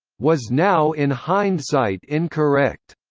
was now in hindsight incorrect.